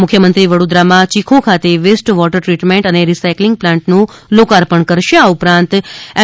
મુખ્યમંત્રી વડોદરામાં ચીખો ખાતે વેસ્ટ વોટર દ્રીટમેન્ટ અને રીસાયકલીંગ પ્લાન્ટનું લોકાપર્ણ કરશે આ ઉપરાંત એમ